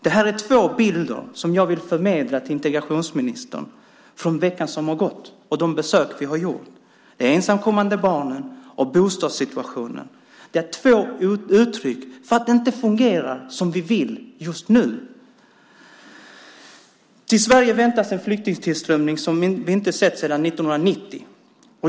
Det här är två bilder som jag vill förmedla till integrationsministern från veckan som har gått och de besök vi har gjort: de ensamkommande barnen och bostadssituationen. Det är två uttryck för att det inte fungerar som vi vill just nu. Till Sverige väntas en flyktingtillströmning som vi inte sett sedan 1990.